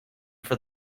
for